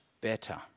better